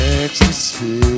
ecstasy